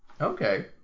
Okay